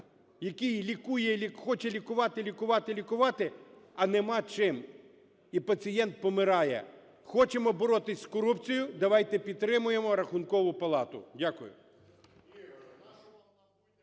який лікує і хоче лікувати, лікувати і лікувати, а нема чим, і пацієнт помирає. Хочемо боротися з корупцією - давайте підтримаємо Рахункову палату. Дякую.